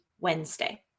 Wednesday